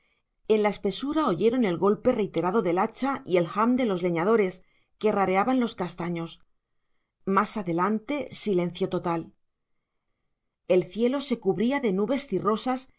en la espesura oyeron el golpe reiterado del hacha y el ham de los leñadores que rareaban los castaños más adelante silencio total el cielo se cubría de nubes cirrosas y